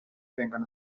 vengano